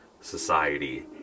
society